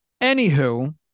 Anywho